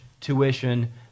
tuition